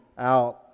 out